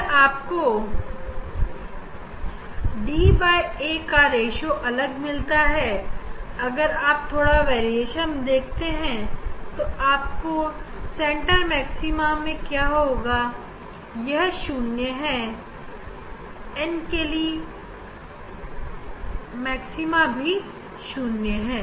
अगर आपको da का अलग रेश्यो मिलता है तब आप थोड़ा वेरिएशन देख सकते हैं क्या होगा सेंटर मैक्सिमा में यह 0 है एनकेली मैक्सिमा भी 0 है